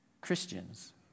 Christians